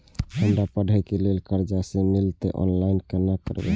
हमरा पढ़े के लेल कर्जा जे मिलते ऑनलाइन केना करबे?